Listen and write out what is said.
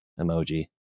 emoji